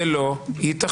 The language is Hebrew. זה לא יתכן.